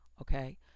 Okay